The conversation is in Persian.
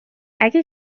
اگه